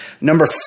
Number